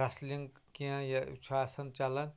wrestling کیٛنٚہہ یہِ چھُ آسان چلان